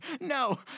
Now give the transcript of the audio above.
No